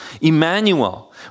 Emmanuel